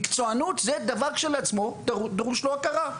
מקצוענות זה דבר שבעצמו דרושה לו הכרה.